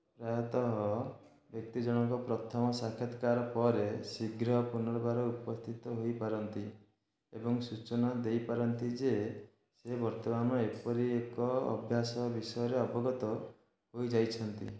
ପ୍ରାୟତଃ ବ୍ୟକ୍ତି ଜଣକ ପ୍ରଥମ ସାକ୍ଷାତ୍କାର ପରେ ଶୀଘ୍ର ପୁନର୍ବାର ଉପସ୍ଥିତ ହୋଇପାରନ୍ତି ଏବଂ ସୂଚନା ଦେଇପାରନ୍ତି ଯେ ସେ ବର୍ତ୍ତମାନ ଏପରି ଏକ ଅଭ୍ୟାସ ବିଷୟରେ ଅବଗତ ହୋଇଯାଇଛନ୍ତି